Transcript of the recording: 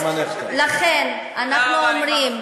לכן אנחנו אומרים,